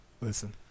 listen